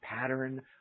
pattern